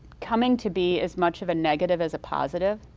coming to be as much of a negative as a positive.